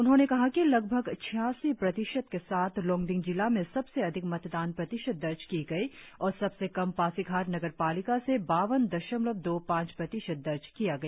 उन्होंने कहा कि लगभग छियासी प्रतिशत के साथ लोंगडिंग जिला में सबसे अधिक मतदान प्रतिशत दर्ज की गई और सबसे कम पासीघाट नगर पालिका से बावन दशमलव दो पांच प्रतिशत दर्ज किया गया